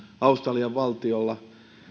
australian valtiolla